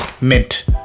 Mint